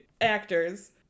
actors